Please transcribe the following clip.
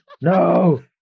no